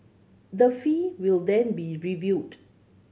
the fee will then be reviewed